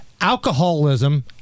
alcoholism